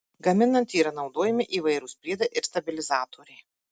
gaminant yra naudojami įvairūs priedai ir stabilizatoriai